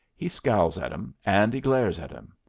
he scowls at em, and he glares at em,